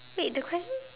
wait the question